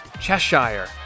Cheshire